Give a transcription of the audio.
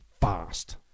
fast